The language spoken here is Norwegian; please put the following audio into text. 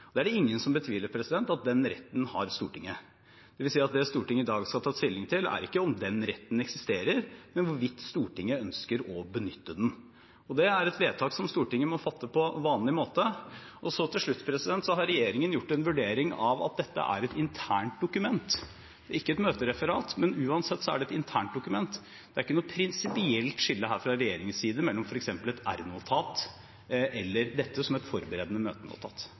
dag skal ta stilling til, ikke er om den retten eksisterer, men hvorvidt Stortinget ønsker å benytte seg av den. Det er et vedtak som Stortinget må fatte på vanlig måte. Til slutt: Regjeringen har gjort den vurderingen at dette er et internt dokument, ikke et møtereferat, men uansett er det et internt dokument. Det er ikke noe prinsipielt skille her fra regjeringens side mellom f.eks. et r-notat eller dette, som er et forberedende møtenotat.